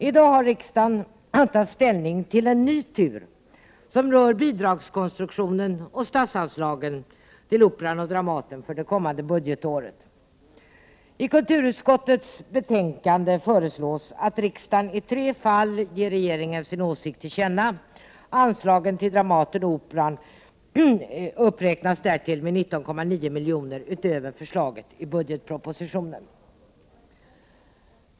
I dag har riksdagen att ta ställning till en ny tur, som berör bidragskonstruktionen och statsanslagen till Operan och Dramaten för det kommande budgetåret. I kulturutskottets betänkande föreslås att riksdagen i tre fall ger regeringen sin åsikt till känna. Anslagen till Dramaten och Operan uppräknas därtill med 19,9 milj.kr. utöver förslaget i budgetpropositionen.